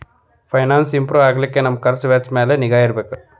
finance improve ಆಗ್ಲಿಕ್ಕೆ ನಮ್ ಖರ್ಛ್ ವೆಚ್ಚಿನ್ ಮ್ಯಾಲೆ ನಿಗಾ ಇಡ್ಬೆಕ್